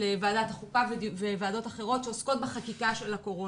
ועדת החוקה וועדות אחרות שעוסקות בחקיקה של הקורונה.